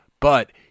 but